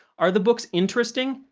are the books interesting?